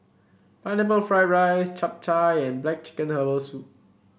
Pineapple Fried Rice Chap Chai and black chicken Herbal Soup